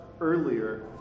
earlier